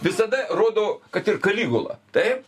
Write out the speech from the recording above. visada rodo kad ir kaligula taip